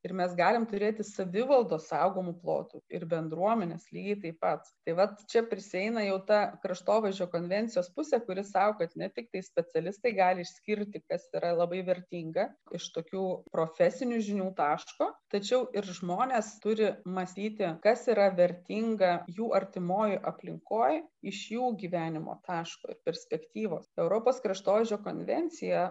ir mes galim turėti savivaldos saugomų plotų ir bendruomenės lygiai taip pat tai vat čia prisieina jau ta kraštovaizdžio konvencijos pusė kuri sako kad ne tiktai specialistai gali išskirti kas yra labai vertinga iš tokių profesinių žinių taško tačiau ir žmonės turi mąstyti kas yra vertinga jų artimoj aplinkoj iš jų gyvenimo taško ir perspektyvos europos kraštovaizdžio konvencija